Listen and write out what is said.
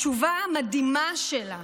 התשובה המדהימה שלה,